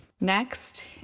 Next